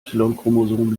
chromosom